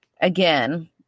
again